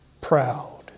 proud